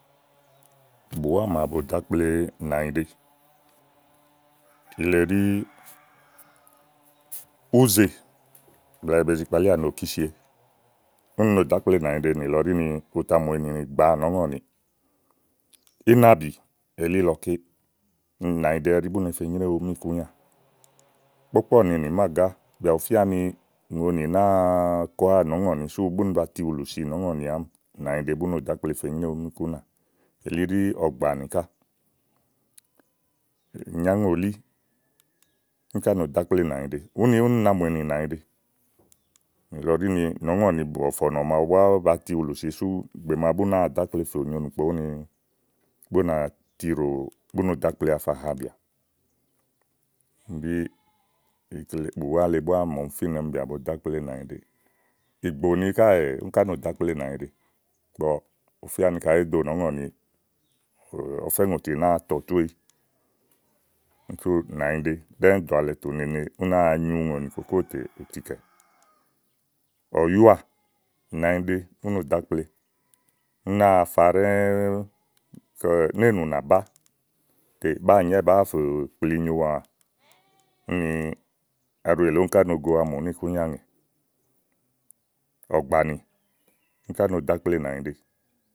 Bùwá màa bo dò ákple nànyiɖe. kile ɖí úzè blɛ̀ɛ be zi kpalíà nì òkísie. úni no dò ákple nànyiɖe nìlɔ ɖí ni ú tà mù ènì gbàa nɔ̀ɔ́ŋɔniì, ínàbì elílɔké. úni nànyiɖe ɛɖi, bú ne fe nyréwu míìkú nyà. kpɔ̀kpɔ́ɔ̀ ni nì màagá bìà bù fía ni ùŋonì nàáa kòáwa nɔ̀ɔ́ŋɔ̀nì súù búni ba ti wùlù si nɔ̀ɔ́ŋɔ̀nì àámi úni nànyiɖe no dò ákple fe nyréwu míìkú nyà. elíɖí ɔ̀gbànì ká ìnyáŋòli úni ká no dò no ákple nànyiɖe. úni úni na mù ènì nànyiɖe nìlɔ ɖí ni nɔ̀ɔ́ŋɔ̀nì bɔ̀fɔ̀nɔ̀ màa búá bati wùlù si sú ìgbè màa bu náa ɖò ákple fò zo nyo ìnùkpo ɛɖí, bú na ti ɖò, bú náa ɖò ákple àfà habìà. úni ɖí bùwá le búá màa ɔmi fínɛ ni bìà bo ɖò ákple nànyiɖe. ígbòni káèè úni ká no ɖò ákple nànyiɖe ígbɔ ù fía ni kàɖi èéé do ákple nɔ̀ɔ́ŋɔ̀ni ɔfɛ́ ŋòti nàáa ta ùtúéyi súù nànyiɖe blɛ̀ɛ alɛ tòo nene ígbɔ úni wa nyu ùŋò ni kòkóò tè ú nàá zi tìikɛ. ɔ̀yúà, nànyiɖe ú no ɖò ákple. úni ú náa fa ɖɛ́ɛ́ néènù nà bá. tè báà fè kpli nyoà tè aɖu èle úniká no go amù níìkú nya ŋè ɔ̀gbànì úni ká no dò ákple nànyiɖe.